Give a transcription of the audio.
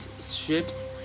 ships